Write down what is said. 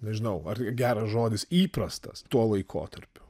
nežinau ar geras žodis įprastas tuo laikotarpiu